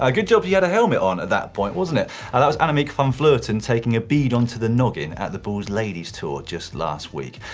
ah good job she had a helmet on at that point, wasn't it? ah that was annemiek van vleuten taking a bead onto the noggin, at the boels ladies tour, just last week.